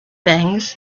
things